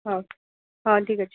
ହଁ ହଁ ଠିକ୍ ଅଛି